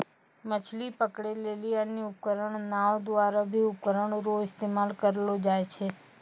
मछली पकड़ै लेली अन्य उपकरण नांव द्वारा भी उपकरण रो इस्तेमाल करलो जाय छै